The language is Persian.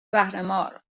زهرمار